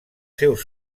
seus